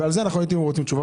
על זה אנו רוצים תשובה.